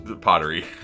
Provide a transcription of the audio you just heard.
pottery